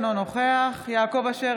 אינו נוכח יעקב אשר,